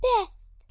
best